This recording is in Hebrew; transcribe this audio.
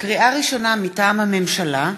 לקריאה ראשונה, מטעם הממשלה: